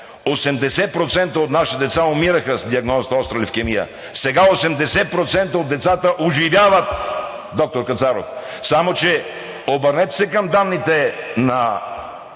80% от нашите деца умираха с диагнозата „Остра левкемия“ – сега 80% от децата оживяват, доктор Кацаров. Само че обърнете се към данните на